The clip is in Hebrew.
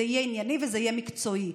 זה יהיה ענייני וזה יהיה מקצועי.